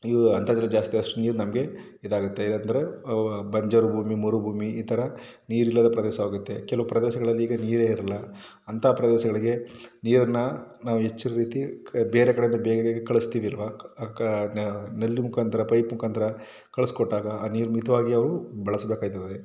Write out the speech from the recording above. ನೀವು ಅಂತರ್ಜಲ ಜಾಸ್ತಿ ಅಷ್ಟು ನಮಗೆ ಇದಾಗುತ್ತೆ ಅಂದರೆ ಬಂಜರು ಭೂಮಿ ಮರುಭೂಮಿ ಈ ಥರ ನೀರಿಲ್ಲದ ಪ್ರದೇಶ ಆಗುತ್ತೆ ಕೆಲವು ಪ್ರದೇಶಗಳಲ್ಲಿ ಈಗ ನೀರೇ ಇರೋಲ್ಲ ಅಂತಹ ಪ್ರದೇಶಗಳಿಗೆ ನೀರನ್ನು ನಾವು ಹೆಚ್ಚಿನ ರೀತಿ ಬೇರೆ ಕಡೆಯಿಂದ ಬೇಗ ಬೇಗ ಕಳಿಸ್ತೀವಿ ಅಲ್ವ ಅಕ ನಳ್ಳಿ ಮುಖಾಂತರ ಪೈಪ್ ಮುಖಾಂತರ ಕಳಿಸಿಕೊಟ್ಟಾಗ ಆ ನೀರು ಮಿತವಾಗಿ ಅವು ಬಳಸಬೇಕಾಯ್ತದೆ